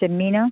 ചെമ്മീനോ